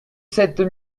sept